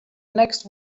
next